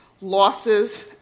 losses